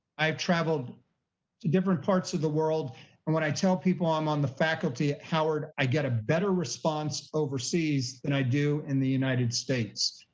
i have traveled to different parts of the world and what i tell people i'm not the faculty at howard i get a better response overseas than i do in the united states.